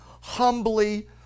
humbly